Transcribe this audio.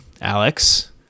Alex